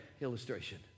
illustration